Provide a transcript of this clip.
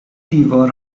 دیوار